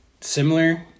similar